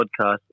podcast